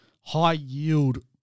high-yield